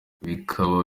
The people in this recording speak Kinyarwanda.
bikaba